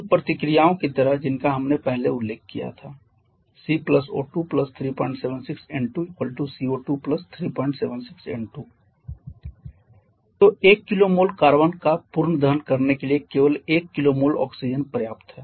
उन प्रतिक्रियाओं की तरह जिनका हमने पहले उल्लेख किया था C O2 376 N2 🡪 CO2 376 N2 तो 1 kmol कार्बन का पूर्ण दहन करने के लिए केवल 1 kmol ऑक्सीजन पर्याप्त है